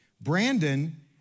Brandon